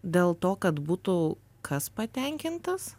dėl to kad būtų kas patenkintas